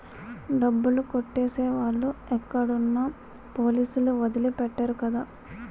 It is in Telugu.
డబ్బులు కొట్టేసే వాళ్ళు ఎక్కడున్నా పోలీసులు వదిలి పెట్టరు కదా